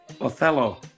Othello